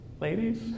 ladies